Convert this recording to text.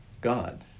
God